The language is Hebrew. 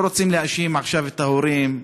לא רוצים להאשים עכשיו את ההורים.